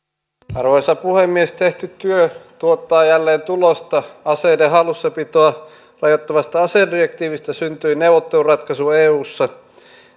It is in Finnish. arvoisa puhemies tehty työ tuottaa jälleen tulosta aseiden hallussapitoa rajoittavasta asedirektiivistä syntyi neuvotteluratkaisu eussa